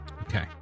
Okay